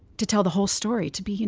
to tell the whole story, to be, you